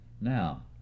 Now